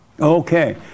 Okay